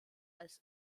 als